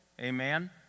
Amen